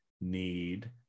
need